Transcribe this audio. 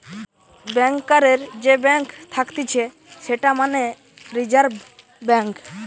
ব্যাংকারের যে ব্যাঙ্ক থাকতিছে সেটা মানে রিজার্ভ ব্যাঙ্ক